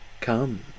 come